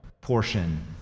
portion